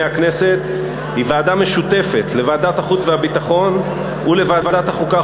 הכנסת היא ועדה משותפת לוועדת החוץ והביטחון ולוועדת החוקה,